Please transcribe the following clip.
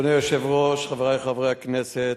אדוני היושב-ראש, חברי חברי הכנסת,